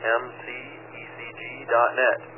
mcecg.net